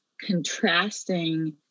contrasting